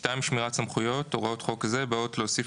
שמירת סמכויות 2. הוראות חוק זה באות להוסיף